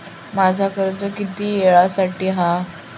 माझा कर्ज किती वेळासाठी हा?